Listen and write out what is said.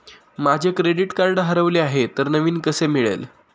माझे credit card हरवले आहे तर नवीन कसे मिळेल?